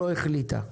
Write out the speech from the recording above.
לא החליטה.